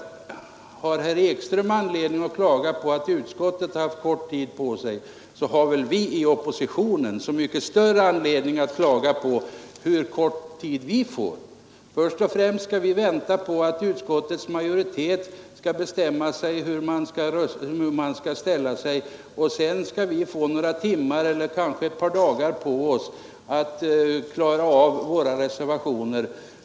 Har herr Ekström anledning att klaga på att utskottet har haft kort tid på sig har väl vi i oppositionen så mycket s tid vi får. Först och främst skall vi vänta på att utskottets majoritet skall bestämma hur den örre anledning att klaga på hur kort ll ställa sig, och sedan skall vi på några timmar eller kanske någon dag klara av våra reservationer.